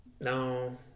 No